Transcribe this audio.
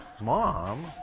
Mom